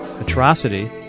atrocity